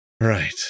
Right